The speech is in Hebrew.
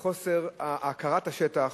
וכן על חוסר הכרת השטח,